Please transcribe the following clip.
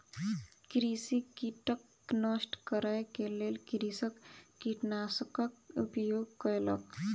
कृषि कीटक नष्ट करै के लेल कृषक कीटनाशकक उपयोग कयलक